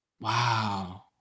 Wow